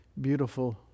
beautiful